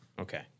Okay